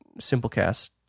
Simplecast